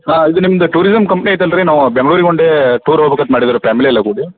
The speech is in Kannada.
ಹಾಂ ಇದು ನಿಮ್ದು ಟೂರಿಸಮ್ ಕಂಪ್ನಿ ಐತಲ್ಲ ರೀ ನಾವು ಬೆಂಗ್ಳೂರಿಗೆ ಒನ್ ಡೇ ಟೂರ್ ಹೋಗ್ಬೇಕಂತ ಮಾಡಿದೀವಿ ರೀ ಪ್ಯಾಮ್ಲಿ ಎಲ್ಲ ಕೂಡಿ